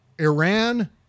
Iran